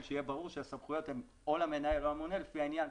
שיהיה ברור שהסמכויות הן או למנהל או לממונה לפי העניין.